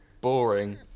Boring